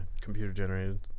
computer-generated